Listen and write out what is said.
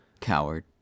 Coward